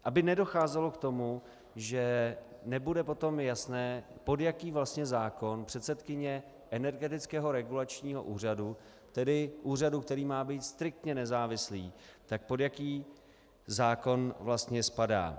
Aby nedocházelo k tomu, že nebude potom jasné, pod jaký vlastně zákon předsedkyně Energetického regulačního úřadu, tedy úřadu, který má být striktně nezávislý, tak pod jaký zákon vlastně spadá.